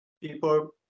people